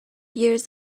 years